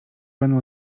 będą